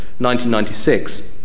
1996